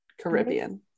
caribbean